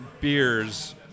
beers